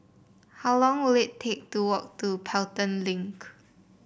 how long will it take to walk to Pelton Link